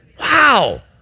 Wow